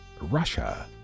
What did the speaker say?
russia